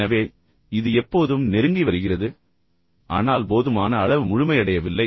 எனவே இது எப்போதும் நெருங்கி வருகிறது ஆனால் போதுமான அளவு முழுமையடையவில்லை